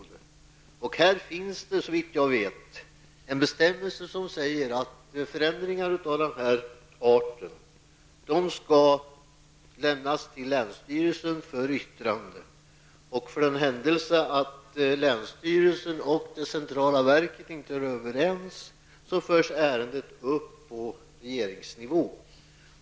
Det finns såvitt jag vet en bestämmelse, som stadgar att förslag till förändringar av den här arten skall hänskjutas till länsstyrelsen för yttrande. För den händelse att länsstyrelsen och det centrala verket inte är överens, förs ärendet upp på regeringsnivå.